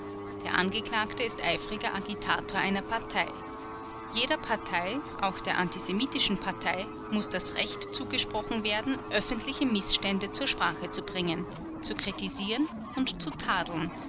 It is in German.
der angeklagte ist eifriger agitator einer partei jeder partei auch der antisemitischen partei muß das recht zugesprochen werden öffentliche mißstände zur sprache zu bringen zu kritisieren und zu tadeln